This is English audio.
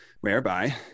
whereby